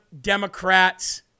Democrats